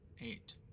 eight